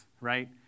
right